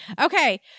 Okay